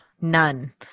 None